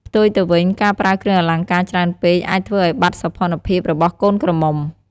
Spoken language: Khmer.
ផ្ទុយទៅវិញការប្រើគ្រឿងអលង្ការច្រើនពេកអាចធ្វើឲ្យបាត់សោភ័ណភាពរបស់កូនក្រមុំ។